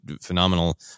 phenomenal